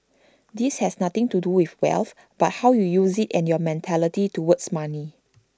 this has nothing to do with wealth but how you use IT and your mentality towards money